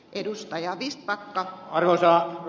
arvoisa rouva puhemies